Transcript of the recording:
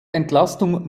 entlastung